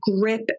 grip